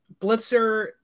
Blitzer